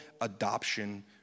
adoption